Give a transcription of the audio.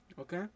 Okay